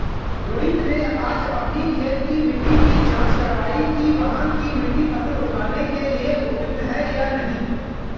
रोहित ने आज अपनी खेत की मिट्टी की जाँच कारवाई कि वहाँ की मिट्टी फसल उगाने के लिए उपयुक्त है या नहीं